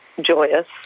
Joyous